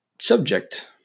subject